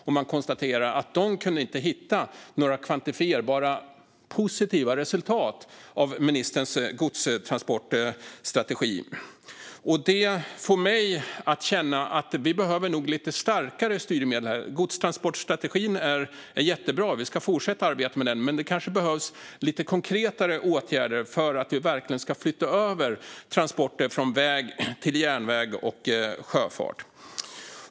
De konstaterade att de inte kunde hitta några kvantifierbara positiva resultat av ministerns godstransportstrategi. Det fick mig att känna att vi behöver lite starkare styrmedel. Godstransportstrategin är jättebra. Vi ska fortsätta arbeta med den. Men det behövs kanske lite mer konkreta åtgärder för att vi verkligen ska kunna flytta över transporter från väg till järnväg och sjöfart.